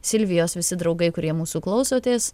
silvijos visi draugai kurie mūsų klausotės